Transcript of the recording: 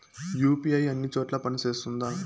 UPI అన్ని చోట్ల పని సేస్తుందా?